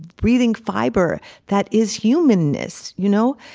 breathing fiber that is humanness, you know.